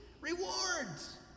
Rewards